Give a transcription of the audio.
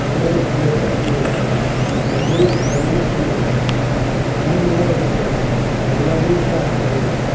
بانٛڈٕ پٲتھر چھِ یِوان روٚف ڈانَس چھِ یِوان دمہٕ ہٲل چھِ یِوان لَڑی شاہ چھِ یِوان